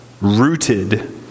Rooted